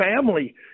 family